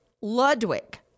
Ludwig